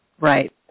Right